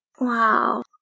Wow